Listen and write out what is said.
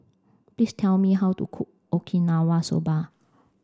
please tell me how to cook Okinawa soba